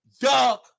Doug